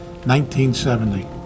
1970